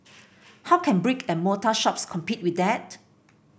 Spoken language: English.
how can brick and mortar shops compete with that